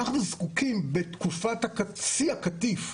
אנחנו זקוקים בתקופת שיא הקטיף,